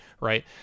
right